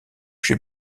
j’ai